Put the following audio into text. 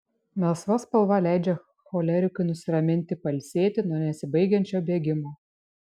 melsva spalva leidžia cholerikui nusiraminti pailsėti nuo nesibaigiančio bėgimo